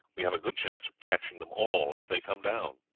we have a good chance of catching them all as they come down.